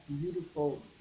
beautiful